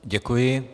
Děkuji.